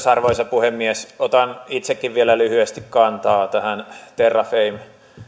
arvoisa puhemies otan itsekin vielä lyhyesti kantaa tähän terrafame